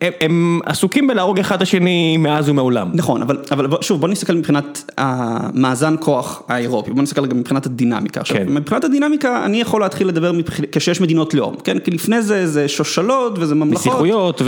הם עסוקים בלהרוג אחד את השני מאז ומעולם. נכון, אבל שוב בוא נסתכל מבחינת המאזן כוח האירופי. בוא נסתכל גם מבחינת הדינמיקה עכשיו. מבחינת הדינמיקה אני יכול להתחיל לדבר כשיש מדינות לאום. כן? כי לפני זה שושלות וזה ממלכות. נסיכויות